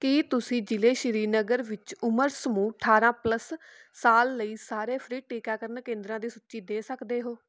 ਕੀ ਤੁਸੀਂ ਜ਼ਿਲ੍ਹੇ ਸ਼੍ਰੀਨਗਰ ਵਿੱਚ ਉਮਰ ਸਮੂਹ ਅਠਾਰ੍ਹਾਂ ਪਲੱਸ ਸਾਲ ਲਈ ਸਾਰੇ ਫ੍ਰੀ ਟੀਕਾਕਰਨ ਕੇਂਦਰਾਂ ਦੀ ਸੂਚੀ ਦੇ ਸਕਦੇ ਹੋ